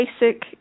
basic